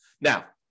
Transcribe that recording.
Now